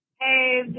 Hey